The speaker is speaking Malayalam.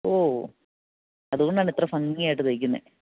ഓ അതുകൊണ്ടാണ് ഇത്ര ഭംഗിയായിട്ട് തയ്ക്കുന്നത്